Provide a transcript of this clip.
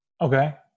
Okay